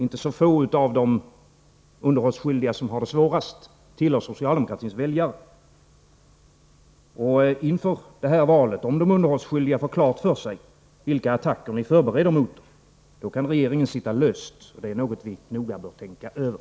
Inte så få av de underhållsskyldiga som har det svårast tillhör socialdemokratins väljare. Om de underhållsskyldiga får klart för sig inför det här valet vilka attacker ni förbereder mot dem, då kan regeringen sitta löst. Det är något som ni noga bör tänka över.